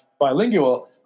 bilingual